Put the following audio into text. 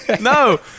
no